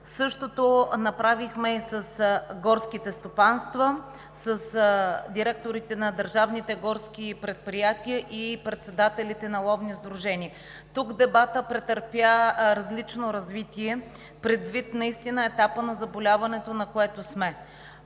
Същото направихме и с горските стопанства, с директорите на държавните горски предприятия и председателите на ловни сдружения. Тук дебатът претърпя различно развитие предвид етапа на заболяването, на което сме.